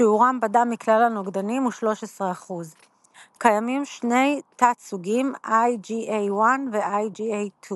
שיעורם בדם מכלל הנוגדנים הוא 13%. קיימים שני תת-סוגים IgA1 ו-IgA2.